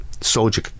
soldier